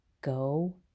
Go